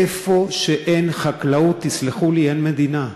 איפה שאין חקלאות, תסלחו לי, אין מדינה.